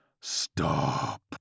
Stop